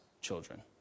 children